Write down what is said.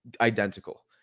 identical